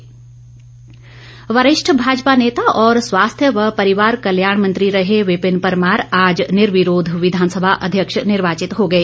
विधानसभा अध्यक्ष वरिष्ठ भाजपा नेता और स्वास्थ्य व परिवार कल्याण मंत्री रहे विपिन परमार आज निर्विरोध विधानसभा अध्यक्ष निर्वाचित हो गए